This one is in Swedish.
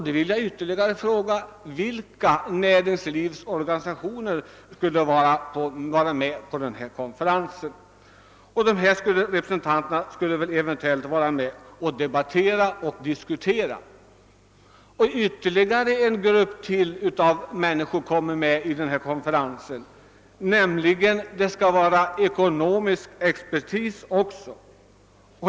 Då vill jag ytterligare fråga, vilka näringslivsorganisationer som sålunda skulle vara med på konferensen. Ännu en grupp av människor skall delta i konferensen, nämligen ekonomisk expertis.